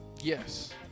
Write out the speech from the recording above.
Yes